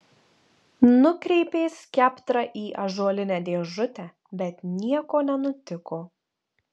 nukreipė skeptrą į ąžuolinę dėžutę bet nieko nenutiko